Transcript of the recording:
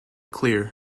clear